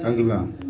अगला